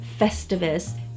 Festivus